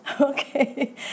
Okay